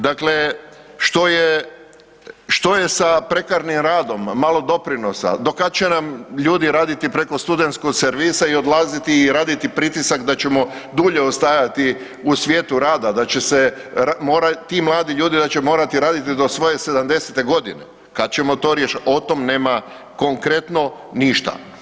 Dakle, što je sa prekarnim radom, malo doprinosa, do kada će nam ljudi raditi preko studentskog servisa i odlaziti i raditi pritisak da ćemo dulje ostajati u svijetu rada, da će se morati, ti mladi ljudi da će morati raditi do svoje 70-te godine, kad ćemo to rješavati, o tome nema konkretno ništa.